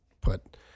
put